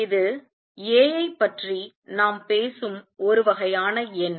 இது A ஐப் பற்றி நாம் பேசும் ஒருவகையான எண்